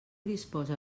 disposa